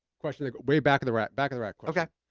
question. like way back of the rack, back of the rack. okay.